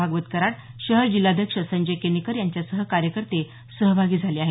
भागवत कराड शहर जिल्हाध्यक्ष संजय केनेकर यांच्यासह कार्यकर्ते सहभागी झाले आहेत